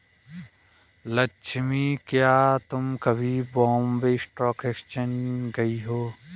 लक्ष्मी, क्या तुम कभी बॉम्बे स्टॉक एक्सचेंज गई हो?